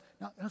Now